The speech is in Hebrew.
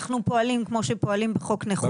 אנחנו פועלים כמו שפועלים בחוק נכות כללית.